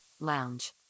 lounge